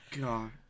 God